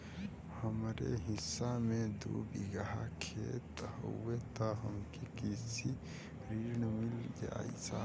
हमरे हिस्सा मे दू बिगहा खेत हउए त हमके कृषि ऋण मिल जाई साहब?